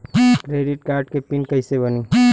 Credit card के PIN कैसे बनी?